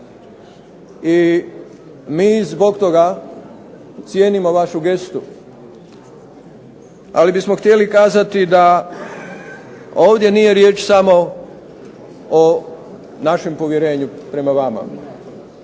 i mi zbog toga cijenimo vašu gestu. Ali bismo htjeli kazati da ovdje nije riječ samo o našem povjerenju prema vama